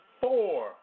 four